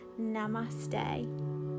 Namaste